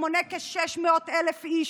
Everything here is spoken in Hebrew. שמונה כ-600,000 איש,